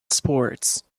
sports